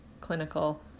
clinical